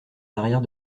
l’arrière